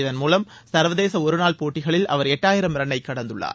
இதன் மூலம் சர்வதேச ஒருநாள் போட்டிகளில் அவர் எட்டாயிரம் ரன்னை கடந்துள்ளார்